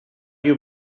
you